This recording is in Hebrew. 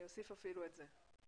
אני אוסיף אפילו את זה.